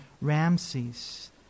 Ramses